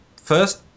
first